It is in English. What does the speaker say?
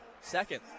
Second